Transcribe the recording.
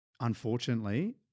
unfortunately